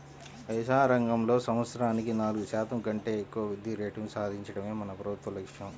వ్యవసాయ రంగంలో సంవత్సరానికి నాలుగు శాతం కంటే ఎక్కువ వృద్ధి రేటును సాధించడమే మన ప్రభుత్వ లక్ష్యం